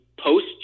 post